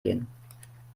gehen